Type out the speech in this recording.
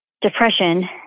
depression